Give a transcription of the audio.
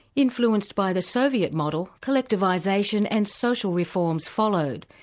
influenced by the soviet model, collectivisation and social reforms followed,